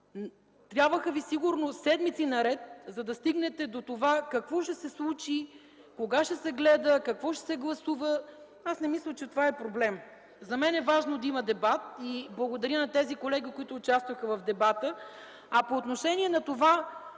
Трябваха ви сигурно седмици наред, за да стигнете до това какво ще се случи, кога ще се гледа, какво ще се гласува. Аз не мисля, че това е проблем. За мен е важно да има дебат. Благодаря на тези колеги, които участваха в него. По отношение на това